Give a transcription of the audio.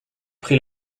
pris